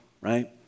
right